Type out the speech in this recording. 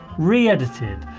re-edited,